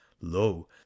lo